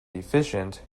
efficient